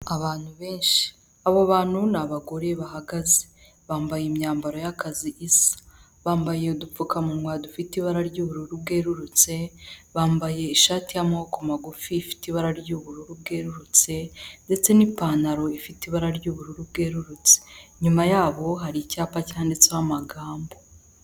Abantu benshi, abo bantu n’abagore bahagaze bambaye imyambaro y'akazi isa, bambaye udupfukamunwa dufite ibara ry'ubururu bwerurutse, bambaye ishati y'amaboko magufi ifite ibara ry'ubururu bwerurutse, ndetse n'ipantaro ifite ibara ry'ubururu bwerurutse, inyuma yabo har’icyapa cyanditseho amagambo.